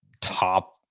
top